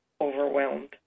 overwhelmed